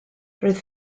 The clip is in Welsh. roedd